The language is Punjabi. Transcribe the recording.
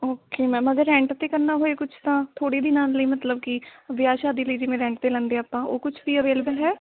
ਓਕੇ ਮੈਮ ਅਗਰ ਰੈਂਟ 'ਤੇ ਕਰਨਾ ਹੋਏ ਕੁਛ ਤਾਂ ਥੋੜ੍ਹੇ ਦਿਨਾਂ ਲਈ ਮਤਲਬ ਕਿ ਵਿਆਹ ਸ਼ਾਦੀ ਲਈ ਜਿਵੇਂ ਰੈਂਟ 'ਤੇ ਲੈਂਦੇ ਆਪਾਂ ਉਹ ਕੁਛ ਵੀ ਅਵੇਲੇਬਲ ਹੈ